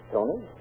Tony